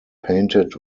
painted